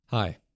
Hi